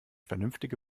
vernünftige